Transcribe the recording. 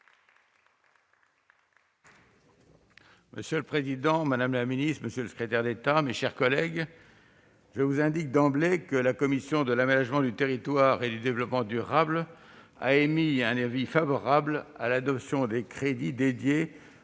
Monsieur le président, madame la ministre, monsieur le secrétaire d'État, mes chers collègues, je vous indique d'emblée que la commission de l'aménagement du territoire et du développement durable a émis un avis favorable à l'adoption des crédits